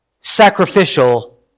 sacrificial